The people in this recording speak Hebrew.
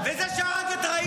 אני לא מדברת, תעצור לי את הזמן.